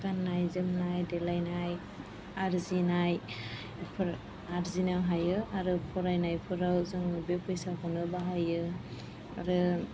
गाननाय जोमनाय देलायनाय आरजिनाय बेफोर आरजिनो हायो आरो फरायनायफोराव जों बे फैसाखौनो बाहायो आरो